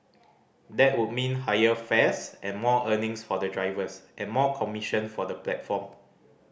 that would mean higher fares and more earnings for the drivers and more commission for the platform